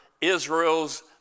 Israel's